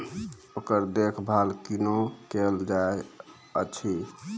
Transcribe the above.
ओकर देखभाल कुना केल जायत अछि?